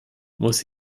muss